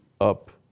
up